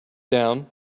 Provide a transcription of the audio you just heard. down